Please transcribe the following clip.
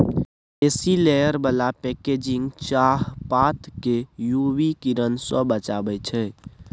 बेसी लेयर बला पैकेजिंग चाहपात केँ यु वी किरण सँ बचाबै छै